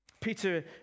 Peter